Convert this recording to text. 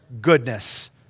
goodness